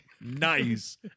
Nice